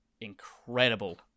incredible